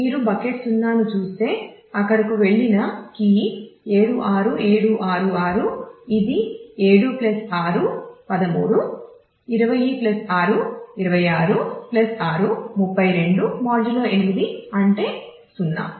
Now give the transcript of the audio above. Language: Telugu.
మీరు బకెట్ 0 ను చూస్తే అక్కడకు వెళ్ళిన కీ 76766 ఇది 7 6 13 20 6 26 6 32 మాడ్యులో 8 అంటే 0